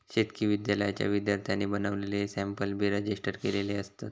शेतकी विद्यालयाच्या विद्यार्थ्यांनी बनवलेले सॅम्पल बी रजिस्टर केलेले असतत